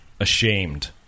ashamed